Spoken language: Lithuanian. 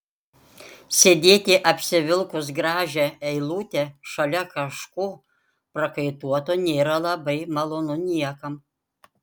sėdėti apsivilkus gražią eilutę šalia kažko prakaituoto nėra labai malonu niekam